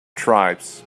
tribes